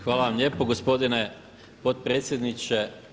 Hvala vam lijepo gospodine potpredsjedniče.